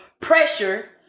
pressure